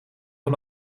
van